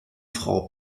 frau